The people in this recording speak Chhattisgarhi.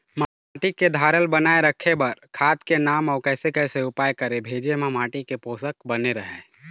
माटी के धारल बनाए रखे बार खाद के नाम अउ कैसे कैसे उपाय करें भेजे मा माटी के पोषक बने रहे?